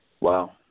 Wow